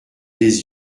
des